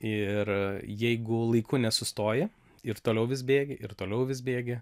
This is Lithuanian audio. ir jeigu laiku nesustoji ir toliau vis bėgi ir toliau vis bėgi